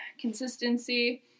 consistency